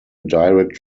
direct